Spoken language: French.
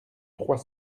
trois